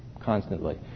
constantly